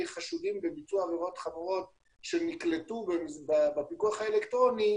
חשודים בביצוע עבירות חמורות שנקלטו בפיקוח האלקטרוני,